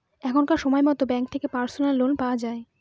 এখনকার সময়তো ব্যাঙ্ক থেকে পার্সোনাল লোন পাওয়া যায়